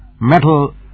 metal